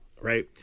Right